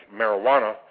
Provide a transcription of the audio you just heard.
marijuana